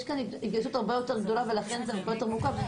יש כאן התגייסות הרבה יותר גדולה ולכן זה הרבה יותר מורכב.